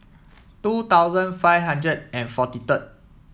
two thousand five hundred and forty third